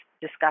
discuss